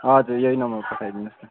हजुर मलाई यही नम्बरमा पठाइदिनुहोस् न